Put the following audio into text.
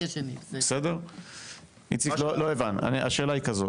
איציק, השאלה היא כזאת,